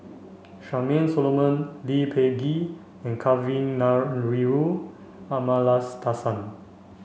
Charmaine Solomon Lee Peh Gee and Kavignareru Amallathasan